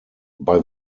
bei